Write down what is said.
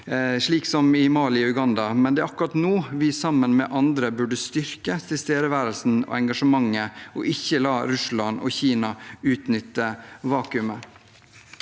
slik som i Mali og i Uganda, men det er akkurat nå vi – sammen med andre – burde styrke tilstedeværelsen og engasjementet og ikke la Russland og Kina utnytte vakuumet.